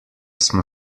smo